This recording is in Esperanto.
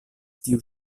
tiu